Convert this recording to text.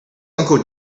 uncle